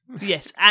Yes